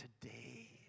today